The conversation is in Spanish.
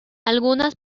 algunas